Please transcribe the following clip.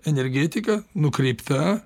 energetika nukreipta